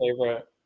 favorite